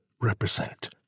represent